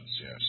yes